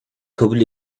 kabul